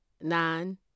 Nine